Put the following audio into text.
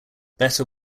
better